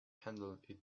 handled